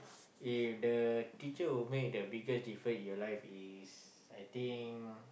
eh the teacher who make the biggest different in your life is I think